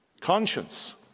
Conscience